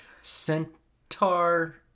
Centaur